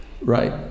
right